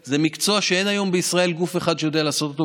זה מקצוע שאין היום בישראל גוף אחד שיודע לעשות אותו,